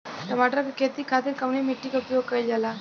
टमाटर क खेती खातिर कवने मिट्टी के उपयोग कइलजाला?